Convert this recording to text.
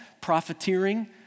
profiteering